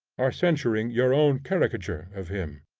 are censuring your own caricature of him.